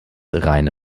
reine